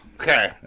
okay